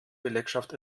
belegschaft